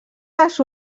les